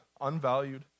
unvalued